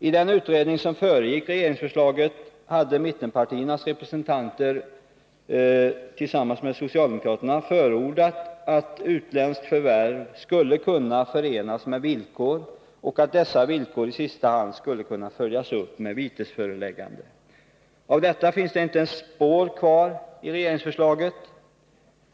I den utredning som föregick regeringsförslaget hade mittenpartiernas representanter tillsammans med socialdemokraterna förordat att utländskt förvärv skulle kunna förenas med villkor och att dessa villkor i sista hand skulle kunna följas upp med vitesföreläggande. Av detta finns det inte ett spår kvar i regeringsförslaget.